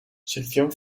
sección